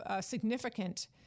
significant